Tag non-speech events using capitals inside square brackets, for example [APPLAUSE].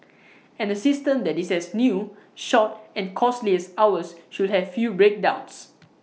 [NOISE] and A system that is as new short and costly as ours should have fewer breakdowns [NOISE]